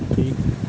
ਠੀਕ